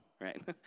right